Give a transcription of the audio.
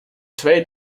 twee